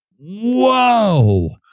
whoa